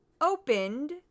opened